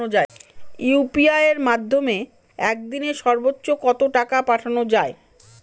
UPI এর মাধ্যমে এক দিনে সর্বচ্চ কত টাকা পাঠানো যায়?